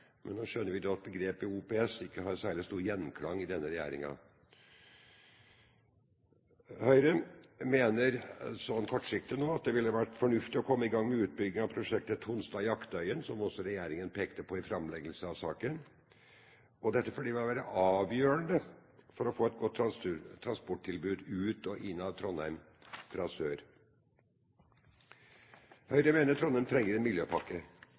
men nå skjønner vi at begrepet OPS ikke har særlig god gjenklang i denne regjeringen. Høyre mener kortsiktig nå at det ville ha vært fornuftig å komme i gang med utbygging av prosjektet Tonstad–Jaktøyen, som også regjeringen pekte på i framleggelsen av saken, fordi dette ville være avgjørende for å få et godt transporttilbud ut og inn av Trondheim fra sør. Høyre mener Trondheim trenger en miljøpakke,